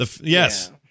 Yes